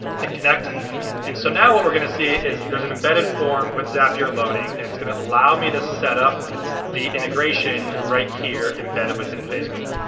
hit connect and so now what we're gonna see is there's an embedded form with zapier loading and it's gonna allow me to setup the integration right here embedded within facebook.